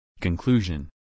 Conclusion